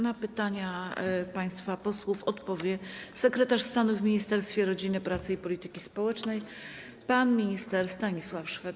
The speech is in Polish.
Na pytania państwa posłów odpowie sekretarz stanu w Ministerstwie Rodziny, Pracy i Polityki Społecznej pan minister Stanisław Szwed.